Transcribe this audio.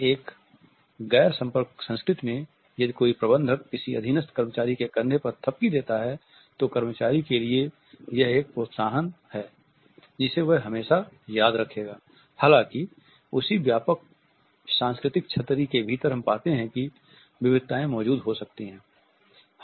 एक गैर संपर्क संस्कृति में यदि कोई प्रबंधक किसी अधीनस्थ कर्मचारी के कंधे पर थपकी देता है तो कर्मचारी के लिए यह एक प्रोत्साहन है जिसे वह हमेशा याद रखेगा